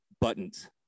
buttons